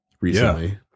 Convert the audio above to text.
recently